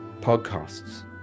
podcasts